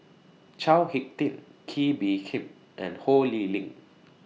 Chao Hick Tin Kee Bee Khim and Ho Lee Ling